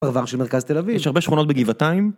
פרבר של מרכז תל אביב, יש הרבה שכונות בגבעתיים